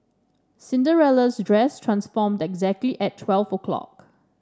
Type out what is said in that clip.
Cinderella's dress transformed exactly at twelve o'clock